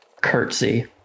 curtsy